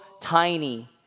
tiny